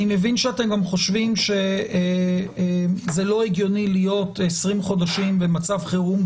אני מבין שאתם גם חושבים שזה לא הגיוני להיות 20 חודשים במצב חירום.